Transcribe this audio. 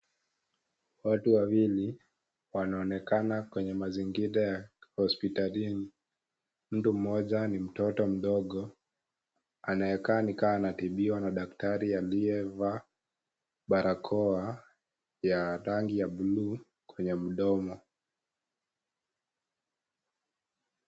Watu wawili wanaonekana kwenye mazingira ya hosptalini ,mtu mmoja ni mtoto anaonekana ni kama anatibiwa na daktari aliye vaa barakoa ya rangi ya (cs)blue(sc) kwenye mdomo